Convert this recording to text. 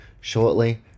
shortly